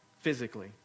physically